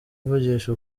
mvugisha